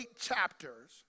chapters